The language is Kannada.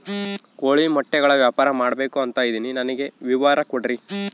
ಕೋಳಿ ಮೊಟ್ಟೆಗಳ ವ್ಯಾಪಾರ ಮಾಡ್ಬೇಕು ಅಂತ ಇದಿನಿ ನನಗೆ ವಿವರ ಕೊಡ್ರಿ?